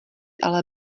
ale